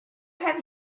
have